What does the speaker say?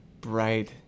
bright